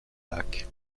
lac